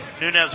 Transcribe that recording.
Nunez